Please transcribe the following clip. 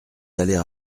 aller